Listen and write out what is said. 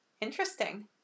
Interesting